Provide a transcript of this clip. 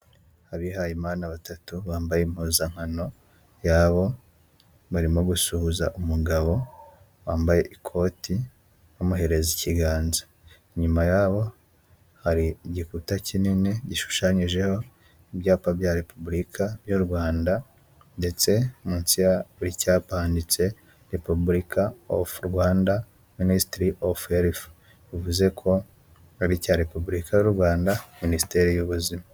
Abihayemana batatu bambaye impuzankano yabo ,barimo gusuhuza umugabo wambaye ikoti bamuhereza ikiganza ,inyuma yaho hari igikuta kinini gishushanyijeho ibyapa bya repubulika yu rwanda ndetse munsi kuri icyapa handitse repubulika of rwanda ministry of health bivuze ko ari icya repubulika y'u rwanda minisiteri y'ubuzima.